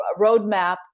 Roadmap